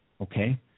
Okay